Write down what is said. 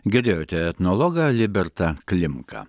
girdėjote etnologą libertą klimką